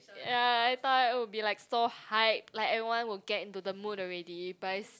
ya I thought I would be like so hype like everyone will get into the mood already but is